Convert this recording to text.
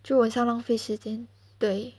就很像浪费时间对